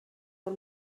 del